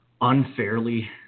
unfairly